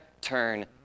turn